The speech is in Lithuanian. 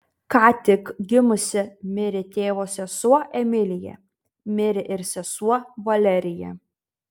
ką tik gimusi mirė tėvo sesuo emilija mirė ir sesuo valerija